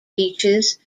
beaches